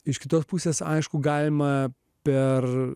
iš kitos pusės aišku galima per